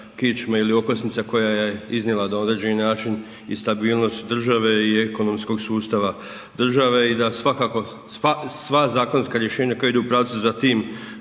kičma ili okosnica koja je iznijela na određeni način i stabilnost države i ekonomskog sustava države i da sva zakonska rješenja koja idu u pravcu za tim